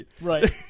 right